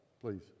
please